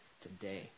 today